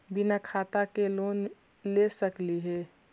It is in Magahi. बिना खाता के लोन ले सकली हे?